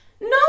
No